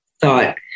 thought